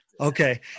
okay